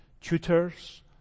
tutors